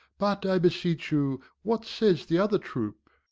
but, i beseech you, what says the other troop?